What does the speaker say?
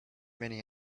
many